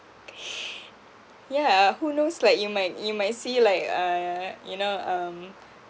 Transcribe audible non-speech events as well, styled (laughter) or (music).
(breath) yeah who knows like you might you might see like uh you know um